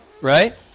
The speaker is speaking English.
right